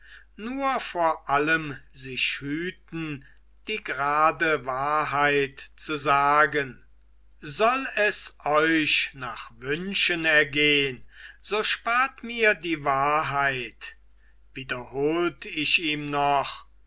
nur vor allem sich hüten die grade wahrheit zu sagen soll es euch nach wünschen ergehn so spart mir die wahrheit wiederholt ich ihm noch